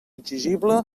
exigible